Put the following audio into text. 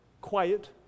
quiet